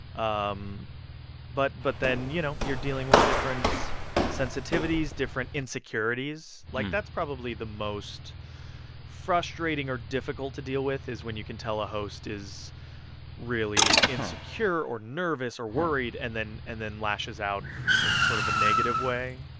um but but then, you know, you're dealing with different sensitivities, different insecurities. like, that's probably the most frustrating or difficult to deal with is when you can tell a host is really insecure or nervous or worried and then and then lashes out in sort of a negative way.